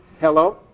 Hello